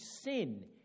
sin